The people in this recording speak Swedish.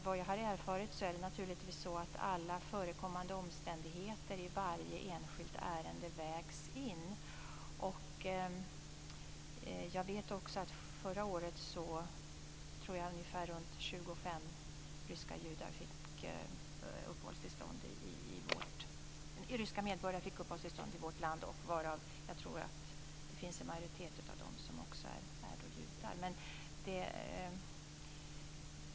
Vad jag har erfarit är det naturligtvis så att alla förekommande omständigheter i varje enskilt ärende vägs in. Jag vet också att ungefär 25 ryska medborgare fick uppehållstillstånd i vårt land förra året, varav en majoritet är judar.